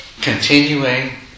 continuing